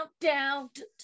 countdown